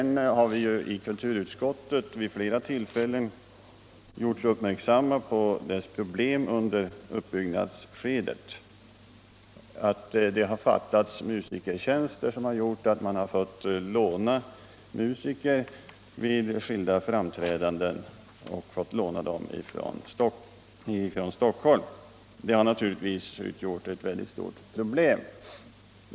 Vi har emellertid i kulturutskottet vid flera tillfällen uppmärksammats på Norrlandsoperans problem under uppbyggnadsskedet. Det har fattats musikertjänster, och det har gjort att man vid skilda framträdanden har fått låna musiker från Stockholm. Det har naturligtvis varit ett stort problem.